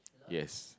yes